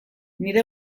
nire